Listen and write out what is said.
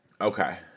Okay